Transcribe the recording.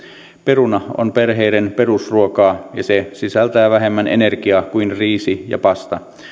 peruna on perheiden perusruokaa ja se sisältää vähemmän energiaa kuin riisi ja pasta